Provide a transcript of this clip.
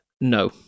No